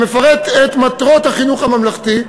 שמפרט את מטרות החינוך הממלכתי,